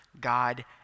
God